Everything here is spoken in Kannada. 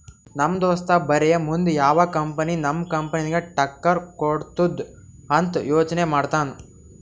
ನಮ್ ದೋಸ್ತ ಬರೇ ಮುಂದ್ ಯಾವ್ ಕಂಪನಿ ನಮ್ ಕಂಪನಿಗ್ ಟಕ್ಕರ್ ಕೊಡ್ತುದ್ ಅಂತ್ ಯೋಚ್ನೆ ಮಾಡ್ತಾನ್